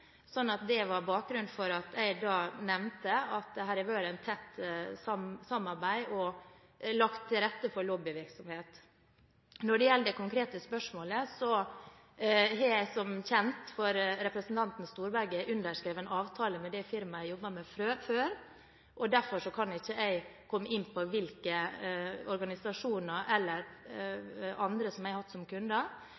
Det var bakgrunnen for at jeg nevnte at det hadde vært et tett samarbeid og blitt lagt til rette for lobbyvirksomhet. Når det gjelder det konkrete spørsmålet, har jeg, som kjent for representanten Storberget, underskrevet en avtale med det firmaet jeg jobbet i før. Derfor kan jeg ikke komme inn på hvilke organisasjoner eller